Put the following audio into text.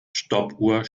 stoppuhr